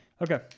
Okay